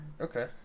Okay